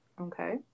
Okay